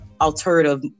alternative